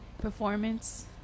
performance